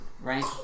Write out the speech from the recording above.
right